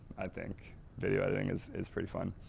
i think video editing is is pretty fun.